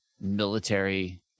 military